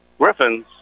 Griffins